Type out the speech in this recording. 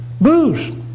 booze